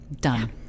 Done